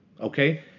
okay